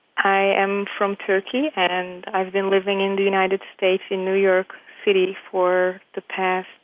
i am from turkey, and i've been living in the united states in new york city for the past